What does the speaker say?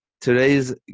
Today's